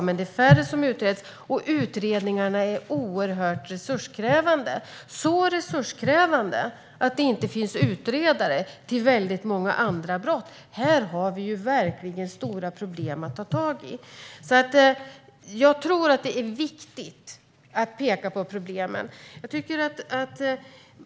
Men det är färre som utreds, och utredningarna är oerhört resurskrävande - så resurskrävande att det inte finns utredare till väldigt många andra brott. Här har vi verkligen stora problem att ta tag i. Jag tror att det är viktigt att peka på problemen.